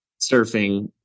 surfing